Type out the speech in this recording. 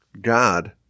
God